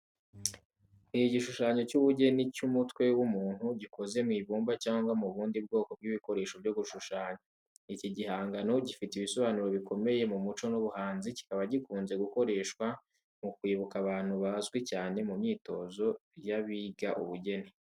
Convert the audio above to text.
Ni igishushanyo cy'ubugeni cy'umutwe w'umuntu gikoze mu ibumba cyangwa mu bundi bwoko bw'ibikoresho byo gushushanya. Iki gihangano gifite ibisobanuro bikomeye mu muco n’ubuhanzi kikaba gikunze gukoreshwa mu kwibuka abantu bazwi cyangwa mu myitozo y’abiga ubugeni.